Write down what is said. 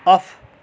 of